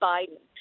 Biden